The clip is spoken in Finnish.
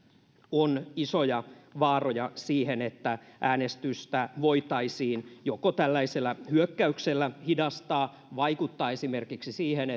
on isoja vaaroja siihen että äänestystä voitaisiin tällaisella hyökkäyksellä joko hidastaa tai vaikuttaa esimerkiksi siihen